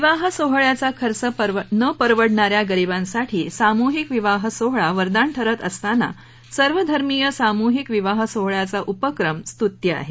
विवाह सोहळ्याचा खर्च न परवडणाऱ्या गरिबांसाठी सामुहिक विवाह सोहळा वरदान ठरत असताना सर्व धर्मीय सामुहिक विवाह सोहळ्याचा उपक्रम स्तुल्य आहे